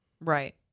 Right